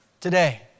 today